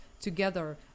together